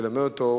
ללמד אותו,